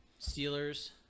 Steelers